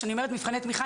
כשאני אומרת מבחני תמיכה,